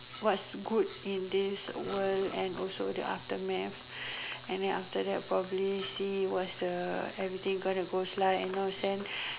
what's good in this world and also the aftermath and then after that probably see what the everything going to goes like and you know send